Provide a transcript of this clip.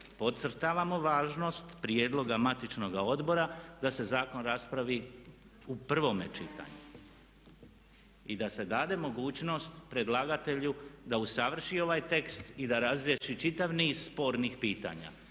podcrtavamo važnost prijedloga matičnoga odbora da se zakon raspravi u prvom čitanju. I da se dade mogućnost predlagatelju da usavrši ovaj tekst i da razriješi čitav niz spornih pitanja.